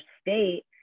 state